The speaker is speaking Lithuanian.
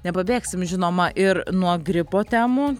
nepabėgsim žinoma ir nuo gripo temų